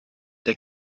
der